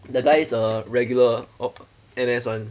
the guy is a regular uh N_S [one]